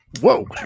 Whoa